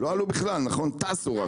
לא עלו בכלל, רק טסו למעלה.